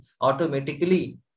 automatically